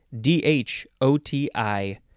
D-H-O-T-I